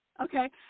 okay